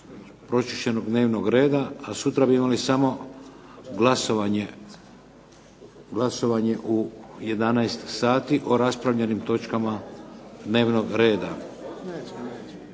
pročišćenog dnevnog reda a sutra bi imali samo glasovanje u 11 sati o raspravljenim točkama dnevnog reda.